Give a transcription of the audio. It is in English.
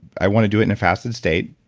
i want to do it in a fasted state.